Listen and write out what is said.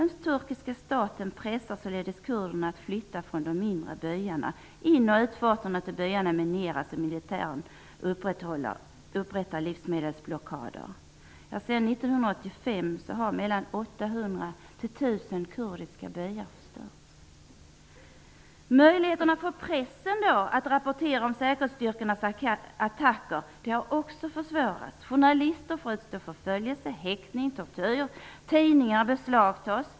Den turkiska staten pressar således kurderna att flytta från de mindre byarna. In och utfarterna till byarna mineras, och militären upprättar livsmedelsblockader. Sedan 1985 har mellan 800 och 1 000 kurdiska byar förstörts. Möjligheterna för pressen att rapportera om säkerhetsstyrkornas attacker har också försvårats. Journalister får utstå förföljelse, häktning och tortyr. Tidningar beslagtas.